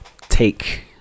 take